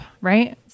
Right